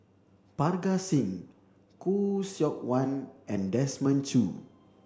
Parga Singh Khoo Seok Wan and Desmond Choo